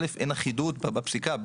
ראשית, אין אחידות בפסיקה.